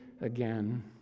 again